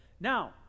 Now